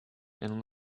and